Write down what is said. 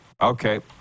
Okay